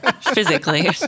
Physically